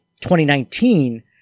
2019